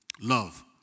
love